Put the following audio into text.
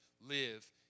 live